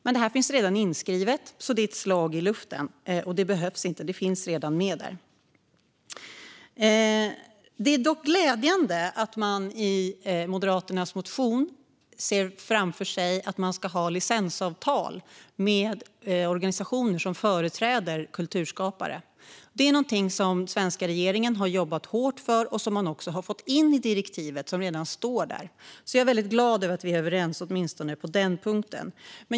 Detta är dock redan inskrivet, så det är ett slag i luften. Det är dock glädjande att Moderaterna i sin motion ser framför sig att man ska ha licensavtal med organisationer som företräder kulturskapare. Det är något som regeringen har jobbat hårt för och även fått in i direktivet. Jag är glad över att vi är överens åtminstone på denna punkt.